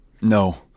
No